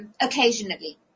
occasionally